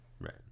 Right